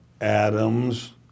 Adams